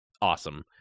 Awesome